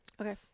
okay